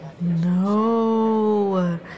no